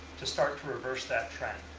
to start to reverse that trend?